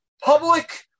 public